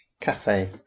cafe